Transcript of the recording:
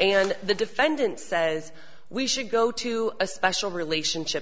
and the defendant says we should go to a special relationship